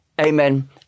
Amen